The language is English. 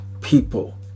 people